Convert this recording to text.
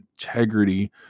integrity